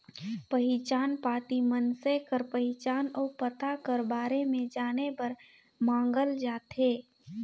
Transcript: पहिचान पाती मइनसे कर पहिचान अउ पता कर बारे में जाने बर मांगल जाथे